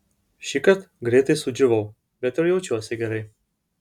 šįkart greitai sudžiūvau bet ir jaučiuosi gerai